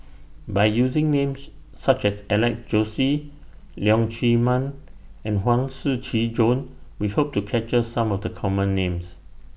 By using Names such as Alex Josey Leong Chee Mun and Huang Shiqi Joan We Hope to capture Some of The Common Names